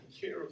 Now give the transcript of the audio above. care